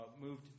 moved